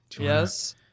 Yes